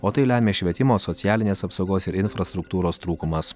o tai lemia švietimo socialinės apsaugos ir infrastruktūros trūkumas